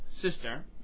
sister